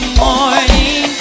morning